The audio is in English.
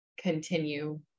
continue